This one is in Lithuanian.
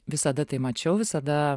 visada tai mačiau visada